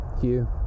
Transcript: Hugh